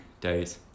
days